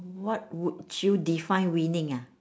what would you define winning ah